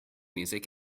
music